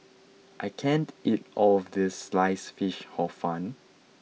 I can't eat all of this sliced fish hor fun